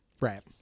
right